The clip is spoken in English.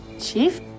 Chief